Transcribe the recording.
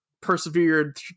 persevered